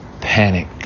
panic